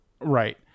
Right